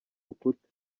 rukuta